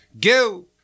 go